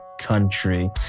country